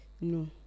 No